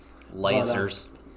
lasers